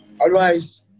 Otherwise